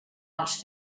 els